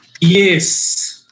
Yes